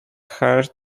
heard